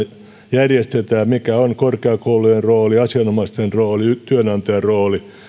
järjestetään mikä on korkeakoulujen rooli asianomaisten rooli työnantajan rooli